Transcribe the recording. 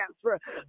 transfer